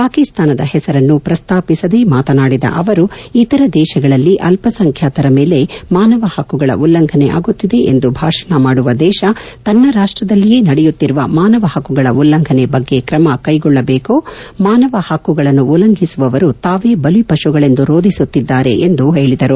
ಪಾಕಿಸ್ತಾನದ ಹೆಸರನ್ನು ಪ್ರಸ್ತಾಪಿಸದೇ ಮಾತನಾಡಿದ ಅವರು ಇತರ ದೇಶಗಳಲ್ಲಿ ಅಲ್ಪಸಂಖ್ಯಾತರ ಮೇಲೆ ಮಾನವ ಹಕ್ಕುಗಳ ಉಲ್ಲಂಘನೆಯಾಗುತ್ತಿದೆ ಎಂದು ಭಾಷಣ ಮಾದುವ ದೇಶ ತನ್ನ ರಾಷ್ಟದಲ್ಲಿಯೇ ನಡೆಯುತ್ತಿರುವ ಮಾನವ ಹಕ್ಕುಗಳ ಉಲ್ಲಂಘನೆ ಬಗ್ಗೆ ಕ್ರಮ ಕ್ವೆಗೊಳ್ಳಬೇಕು ಮಾನವ ಹಕ್ಕುಗಳನ್ನು ಉಲ್ಲಂಘಿಸುವವರು ತಾವೇ ಬಲಿಪಶುಗಳೆಂದು ರೋಧಿಸುತ್ತಿದ್ದಾರೆ ಎಂದು ಹೇಳಿದರು